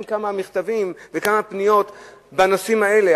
בה כמה מכתבים וכמה פניות בנושאים האלה,